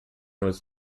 was